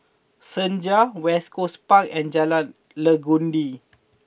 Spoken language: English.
Senja West Coast Park and Jalan Legundi